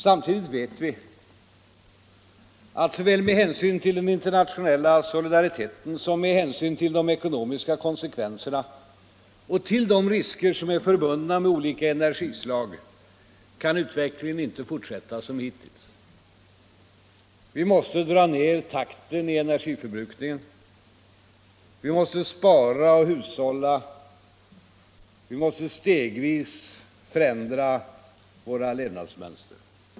Samtidigt vet vi att såväl med hänsyn till den internationella solidariteten som med hänsyn till de ekonomiska konsekvenserna och till de risker som är förbundna med olika energislag kan utvecklingen inte fortsätta som hittills. Vi måste dra ner takten i energiförbrukningen. Vi måste spara och hushålla, vi måste stegvis förändra våra levnadsmönster.